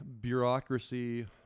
bureaucracy